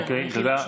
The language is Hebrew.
אוקיי, תודה.